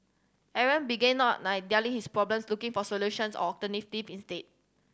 Aaron began not nine dwelling his problems looking for solutions or alternative instead